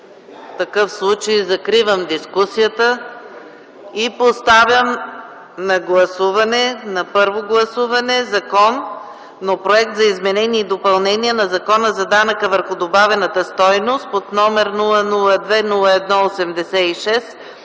такова желание. Закривам дискусията. Поставям на първо гласуване Законопроект за изменение и допълнение на Закона за данъка върху добавената стойност, № 002 01 86,